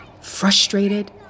frustrated